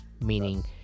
meaning